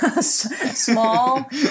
small